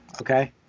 okay